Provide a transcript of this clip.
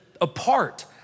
apart